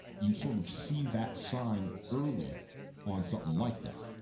you sort of see that sign early on something like that